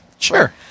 Sure